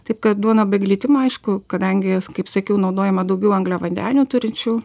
taip kad duona be glitimo aišku kadangi jos kaip sakiau naudojama daugiau angliavandenių turinčių